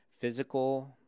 Physical